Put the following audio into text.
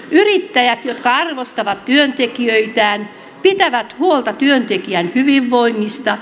yrittäjät jotka arvostavat työntekijöitään pitävät huolta työntekijän hyvinvoinnista